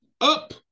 up